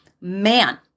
man